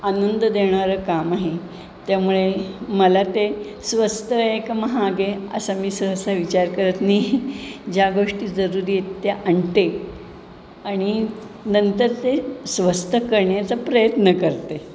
आनंद देणारं काम आहे त्यामुळे मला ते स्वस्त आहे का महाग आहे असा मी सहसा विचार करत नाही ज्या गोष्टी जरूरी आहेत त्या आणते आणि नंतर ते स्वस्त करण्याचा प्रयत्न करते